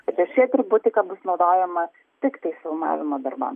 bet ši atributika bus naudojama tiktai filmavimo darbam